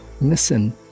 Listen